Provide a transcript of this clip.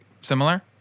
similar